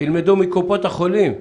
שילמדו מקופות החולים.